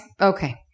Okay